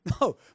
no